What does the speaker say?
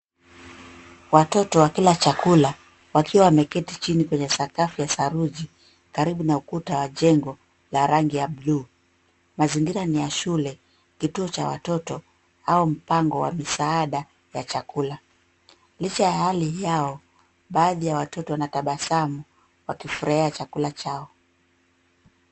Watoto wakila chakula wakiwa wameketi chini kwenye sakafu ya saruji karibu na ukuta wa jengo la rangi ya buluu. Mazingira ni ya shule, kituo cha watoto au mpango wa misaada ya chakula. Licha ya hali yao, baadhi ya watoto wanatabasamu wakifurahia chakula chao.